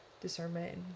discernment